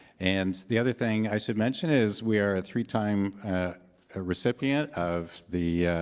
and the other thing i should mention is we are a three-time ah recipient of the